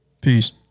Peace